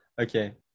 okay